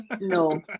No